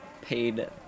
paid